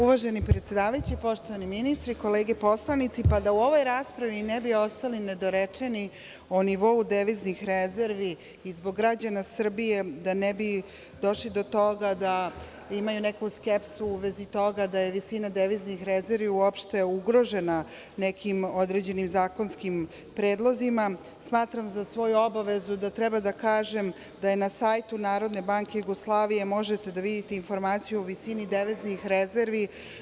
Uvaženi predsedavajući, poštovani ministri, kolege poslanici, da u ovoj raspravi ne bi ostali nedorečeni o nivou deviznih rezervi, i zbog građana Srbije, da ne bi došlo do toga da imaju neku skepsu u vezi toga da je visina deviznih rezervi uopšte ugrožena nekim određenim zakonskim predlozima, smatram za svoju obavezu da treba da kažem da je na sajtu Narodne banke Srbije možete da vidite informaciju o visini deviznih rezervi.